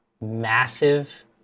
massive